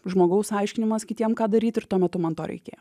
žmogaus aiškinimas kitiem ką daryt ir tuo metu man to reikėjo